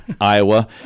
Iowa